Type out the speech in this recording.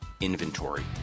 inventory